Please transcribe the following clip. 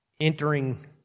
entering